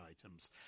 items